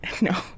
No